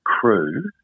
crew